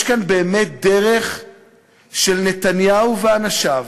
יש כאן באמת דרך של נתניהו ואנשיו,